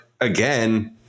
again